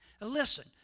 Listen